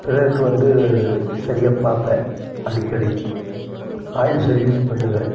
brake வந்து சரியாக பார்ப்பேன் அடிக்கடி ஆயில் சர்வீஸ் பண்ணுவேன்